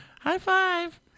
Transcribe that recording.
High-five